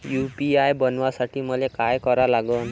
UPI बनवासाठी मले काय करा लागन?